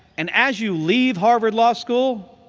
and as you leave harvard law school,